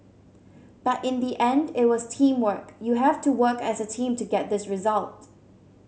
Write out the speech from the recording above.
but in the end it was teamwork you have to work as a team to get this result